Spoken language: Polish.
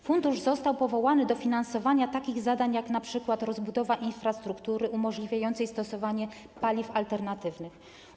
Fundusz został powołany do finansowania takich zadań jak np. rozbudowa infrastruktury umożliwiającej stosowanie paliw alternatywnych.